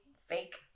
fake